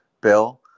bill